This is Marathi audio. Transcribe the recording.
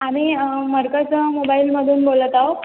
आम्ही मर्काझ मोबाईलमधून बोलत आहोत